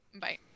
Bye